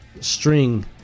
string